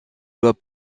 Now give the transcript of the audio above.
lois